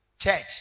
Church